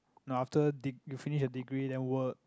no after deg~ you finish your degree then work